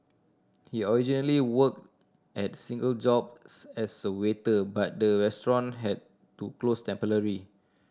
he originally worked at single jobs as a waiter but the restaurant had to close temporarily